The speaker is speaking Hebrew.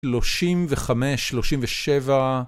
35, 37.